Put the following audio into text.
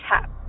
tap